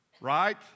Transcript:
Right